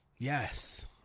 Yes